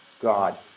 God